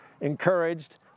encouraged